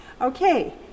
Okay